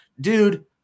Dude